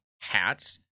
hats